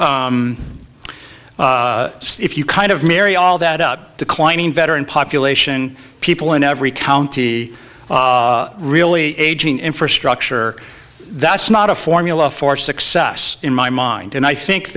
you kind of marry all that up declining veteran population people in every county really aging infrastructure that's not a formula for success in my mind and i think